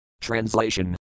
Translation